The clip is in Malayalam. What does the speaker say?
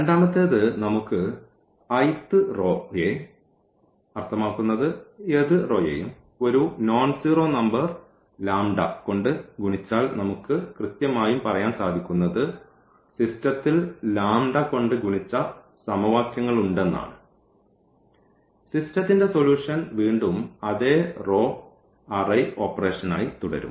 രണ്ടാമത്തേത് നമുക്ക് i th റോ യെ അർത്ഥമാക്കുന്നത് ഏത് റോയെയും ഒരു നോൺ സീറോ നമ്പർ λ കൊണ്ട് ഗുണിച്ചാൽ നമുക്ക് കൃത്യമായും പറയാൻ സാധിക്കുന്നത് സിസ്റ്റത്തിൽ λ കൊണ്ട് ഗുണിച്ച സമവാക്യങ്ങളുണ്ടെന്ന് ആണ് സിസ്റ്റത്തിന്റെ സൊല്യൂഷൻ വീണ്ടും അതേ റോ ഓപ്പറേഷൻ ആയി തുടരും